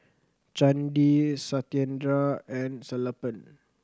Chandi Satyendra and Sellapan